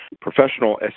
professional